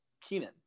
Keenan